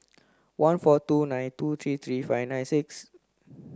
one four two nine two three three five nine six